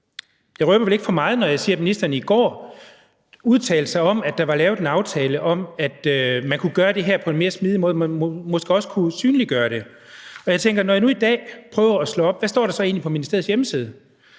Jeg røber vel ikke for meget, når jeg siger, at ministeren i går udtalte sig om, at der var lavet en aftale om, at man kunne gøre det her på en mere smidig måde og måske også kunne synliggøre det. Når jeg nu i dag prøver at slå op, hvad der så egentlig står på ministeriets hjemmeside,